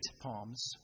palms